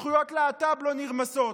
שזכויות להט"ב לא נרמסות?